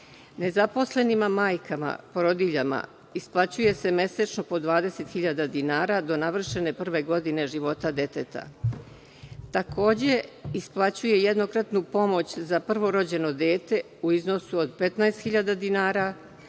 dinara. Nezaposlenim majkama porodiljama isplaćuje se mesečno po 20.000 dinara do navršene prve godine života deteta. Takođe, isplaćuje se jednokratna pomoć za prvorođeno dete u iznosu od 15.000 dinara,